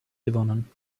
gewonnen